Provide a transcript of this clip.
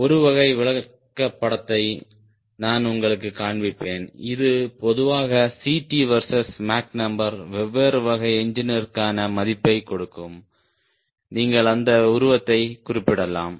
ஒரு வகை விளக்கப்படத்தை நான் உங்களுக்குக் காண்பிப்பேன் இது பொதுவாக Ct வெர்சஸ் மேக் நம்பர் வெவ்வேறு வகை என்ஜினிற்கான மதிப்பைக் கொடுக்கும் நீங்கள் அந்த உருவத்தைக் குறிப்பிடலாம்